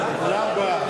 נמנע?